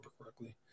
correctly